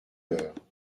l’heure